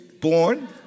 born